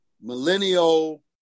millennial